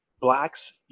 Blacks